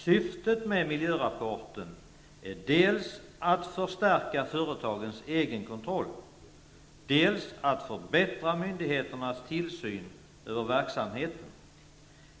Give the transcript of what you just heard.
Syftet med miljörapporten är dels att förstärka företagens egen kontroll, dels att förbättra myndigheternas tillsyn över verksamheten.